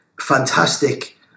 fantastic